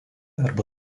arba